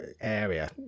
area